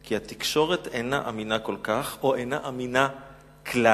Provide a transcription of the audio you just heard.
כי התקשורת אינה אמינה כל כך או אינה אמינה כלל,